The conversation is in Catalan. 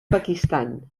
pakistan